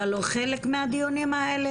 אתה לא חלק מהדיונים האלה,